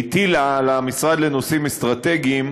הטילה על המשרד לנושאים אסטרטגיים,